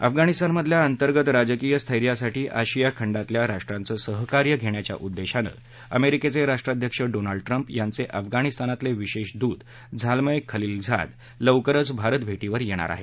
अफगाणिस्तानमधल्या अंतर्गत राजकीय स्थैर्यासाठी आशिया खंडातल्या राष्ट्रांचं सहकार्य घेण्याच्या उद्देशानं अमेरिकेचे राष्ट्राध्यक्ष डोनाल्ड ट्रम्प यांचे अफगाणितस्तानातले विशेष दूत झाल्मय खलिलझाद लवकरच भारत भेरींवर येणार आहेत